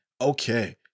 okay